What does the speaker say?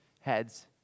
heads